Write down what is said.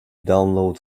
download